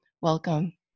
welcome